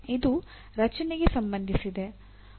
ಇದು ರಚನೆಗೆ ಸಂಬಂಧಿಸಿದೆ